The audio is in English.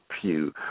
pew